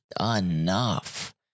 enough